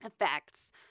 effects